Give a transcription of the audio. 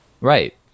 Right